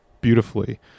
beautifully